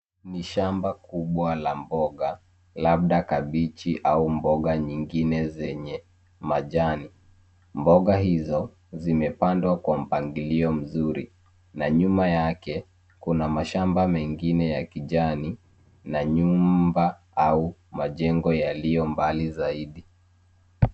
Ni shamba kubwa la mboga, labda kabichi au mboga nyingine zenye majani. Mboga hizo zimepandwa kwa mpangilio mzuri. Na nyuma yake, kuna mashamba mengine ya kijani na nyumba au majengo yaliyo mbali zaidi.